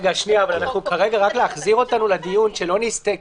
רק להחזיר אותנו לדיון, שלא נסטה.